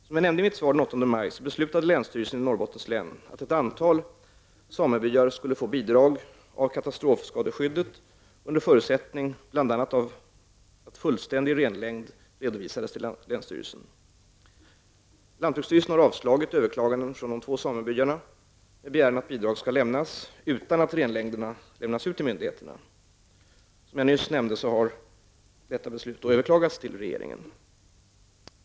Som jag nämnde i mitt svar den 8 maj beslutade länsstyrelsen i Norrbottens län att ett antal samebyar skulle få bidrag av katastrofskadeskyddet under förutsättning bl.a. att fullständig renlängd redovisades till länsstyrelsen. Lantbruksstyrelsen har avslagit överklaganden från de två samebyarna med begäran att bidrag skall lämnas utan att renlängderna lämnas ut till myndigheterna. Som jag nyss nämnde har detta beslut överklagats till regeringen.